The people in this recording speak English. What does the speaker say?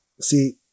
see